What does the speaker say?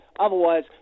Otherwise